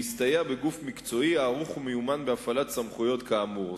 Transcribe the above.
להסתייע בגוף מקצועי הערוך להפעלת סמכויות כאמור ומיומן בהן.